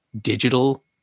digital